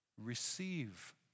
receive